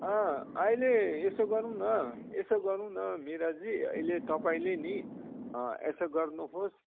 अँ अहिले यसो गरौँ न यसो गरौँ न मिराजी अहिले तपाईँले नि यसो गर्नुहोस्